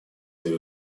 свои